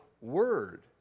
word